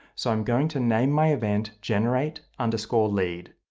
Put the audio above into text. so i'm going to name my event generate, underscore, lead.